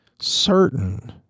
certain